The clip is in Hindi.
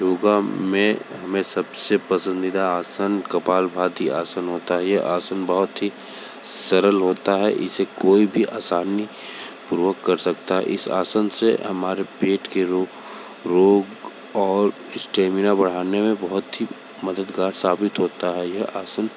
योग में हमें सब से पसंदीदा आसन कपालभाति आसन होता है ये आसन बहुत ही सरल होता है इसे कोई भी आसानी पूर्वक कर सकता इस आसन से हमारे पेट के रोग रोग और स्टेमिना बढ़ाने में बहुत ही मददगार साबित होता है यह आसन